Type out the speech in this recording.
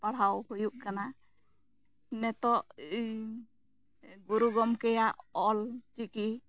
ᱯᱟᱲᱦᱟᱣ ᱦᱩᱭᱩᱜ ᱠᱟᱱᱟ ᱱᱤᱛᱚᱜ ᱤᱧ ᱜᱩᱨᱩ ᱜᱚᱢᱠᱮ ᱭᱟᱜ ᱚᱞᱪᱤᱠᱤ